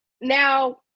Now